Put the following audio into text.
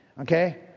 okay